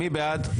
מי בעד?